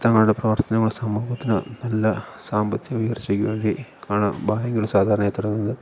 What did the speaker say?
തങ്ങളുടെ പ്രവർത്തനങ്ങൾ സമൂഹത്തിന് നല്ല സാമ്പത്തിക ഉയർച്ചയ്ക്ക് വേണ്ടിയാണ് ബാങ്കുകൾ സാധാരണയായി തുടങ്ങുന്നത്